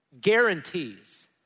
guarantees